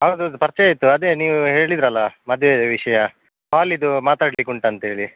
ಹೌದು ಹೌದು ಪರಿಚಯ ಇತ್ತು ಅದೇ ನೀವು ಹೇಳಿದ್ರಲ್ಲ ಮದುವೆ ವಿಷಯ ಹಾಲ್ ಇದು ಮಾತಾಡ್ಲಿಕ್ಕೆ ಉಂಟು ಅಂತ ಹೇಳಿ